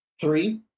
three